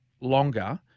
longer